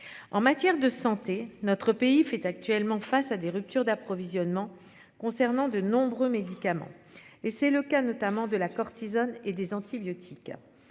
En matière de santé, notre pays fait actuellement face à des ruptures d'approvisionnement concernant de nombreux médicaments et c'est le cas notamment de la cortisone et des antibiotiques,